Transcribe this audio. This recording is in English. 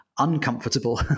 Uncomfortable